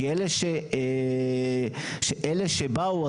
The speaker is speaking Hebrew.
כי אלה שבאו,